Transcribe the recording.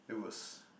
it was